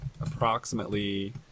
approximately